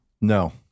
No